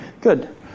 Good